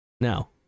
now